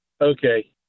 Okay